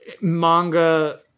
manga –